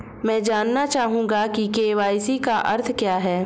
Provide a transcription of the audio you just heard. मैं जानना चाहूंगा कि के.वाई.सी का अर्थ क्या है?